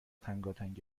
تنگاتنگ